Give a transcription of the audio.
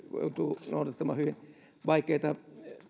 joutuu noudattamaan hyvin vaikeita